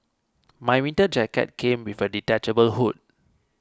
my winter jacket came with a detachable hood